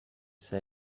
said